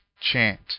chant